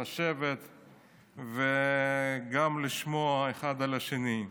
לשבת וגם לשמוע אחד על השני.